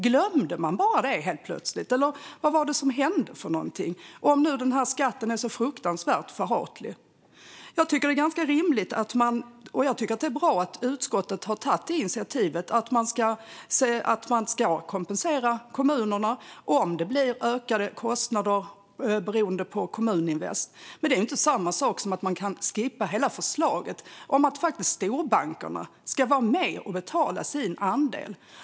Glömde man bara det helt plötsligt, eller vad var det som hände, om nu den här skatten är så fruktansvärt förhatlig? Jag tycker att det är ganska rimligt och bra att utskottet har tagit initiativet att man ska kompensera kommunerna om det blir ökade kostnader beroende på Kommuninvest. Men det är ju inte samma sak som att man kan skippa hela förslaget om att storbankerna faktiskt ska vara med och betala sin andel.